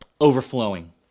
overflowing